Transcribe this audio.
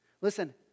listen